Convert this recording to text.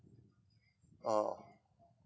orh